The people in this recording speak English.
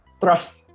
trust